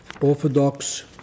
Orthodox